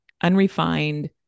unrefined